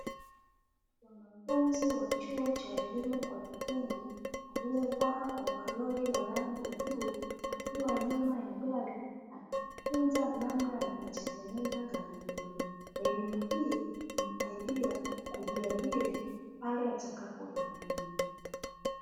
Mwanafunzi wa chuo cha elimu kwa vitendo. Alivaa ovaroli la rangi ya bluu akiwa nyuma ya gari. Anajifunza namna ya kutengeneza gari hiyo. Elimu hii itamsaidia kujiajiri pale atakapohitimu.